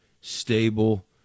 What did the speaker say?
stable